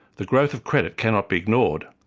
the growth of credit cannot be ignored.